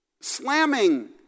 Slamming